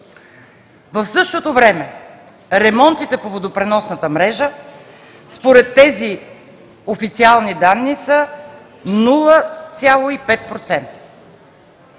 В същото време ремонтите по водопреносната мрежа според тези официални данни са 0,5%.